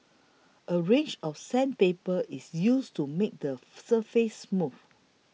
a range of sandpaper is used to make the surface smooth